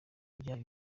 ivyaha